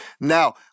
Now